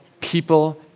people